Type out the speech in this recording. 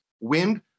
wind